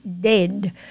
dead